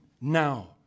now